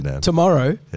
Tomorrow